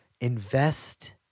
invest